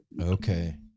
Okay